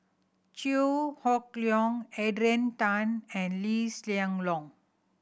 Chew Hock Leong Adrian Tan and Lee Hsien Loong